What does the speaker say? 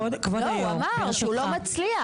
לא, הוא אמר שהוא לא מצליח.